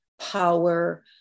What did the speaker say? power